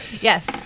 Yes